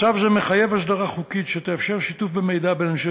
מצב זה מחייב הסדרה חוקית שתאפשר שיתוף מידע בין אנשי